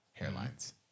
Hairlines